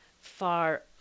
far